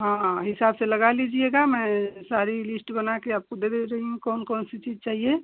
हाँ हिसाब से लगा लीजिएगा मैं सारी लिस्ट बना कर आपको दे दे रही हूँ कौन कौन सी चीज़ चाहिए